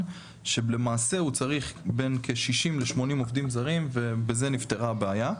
שלמעשה הוא צריך בין כ-60 ל-80 עובדים זרים ובזה נפתרה הבעיה.